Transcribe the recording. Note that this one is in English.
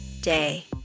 day